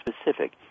specific